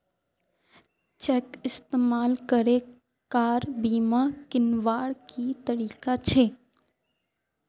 Cheque इस्तेमाल करे car बीमा कीन्वार की तरीका छे?